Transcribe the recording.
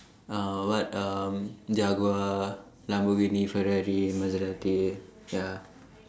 uh what um Jaguar Lamborghini Ferrari and Maserati ya